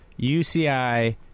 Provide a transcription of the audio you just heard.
UCI